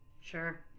Sure